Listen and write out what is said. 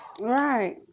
right